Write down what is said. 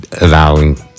allowing